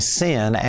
sin